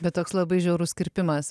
bet toks labai žiaurus kirpimas